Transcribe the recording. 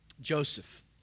Joseph